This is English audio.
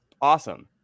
awesome